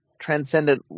transcendent